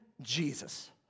Jesus